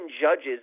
judges